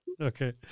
Okay